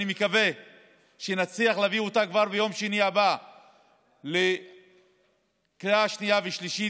אני מקווה שנצליח להביא אותה כבר ביום שני הבא לקריאה שנייה ושלישית,